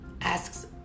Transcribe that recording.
asks